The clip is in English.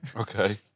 Okay